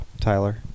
Tyler